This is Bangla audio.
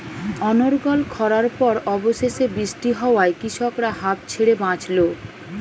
অনর্গল খড়ার পর অবশেষে বৃষ্টি হওয়ায় কৃষকরা হাঁফ ছেড়ে বাঁচল